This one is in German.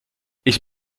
ich